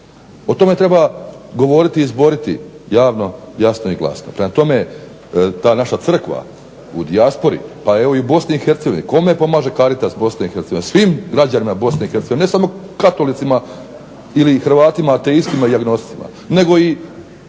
O tome treba govoriti i zboriti javno jasno i glasno. Prema tome ta naša Crkva u dijaspori, pa evo i BiH, kome pomaže Caritas BiH? Svim građanima BiH, ne samo katolicima ili Hrvatima ateistima i agnosticima nego i